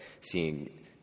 seeing